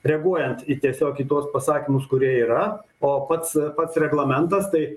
reaguojant į tiesiog į tuos pasakymus kurie yra o pats pats reglamentas tai